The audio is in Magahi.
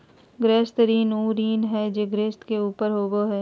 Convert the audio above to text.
गृहस्थ ऋण उ ऋण हइ जे गृहस्थ के ऊपर होबो हइ